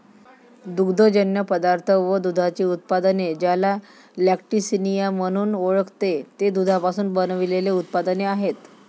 दुग्धजन्य पदार्थ व दुधाची उत्पादने, ज्याला लॅक्टिसिनिया म्हणून ओळखते, ते दुधापासून बनविलेले उत्पादने आहेत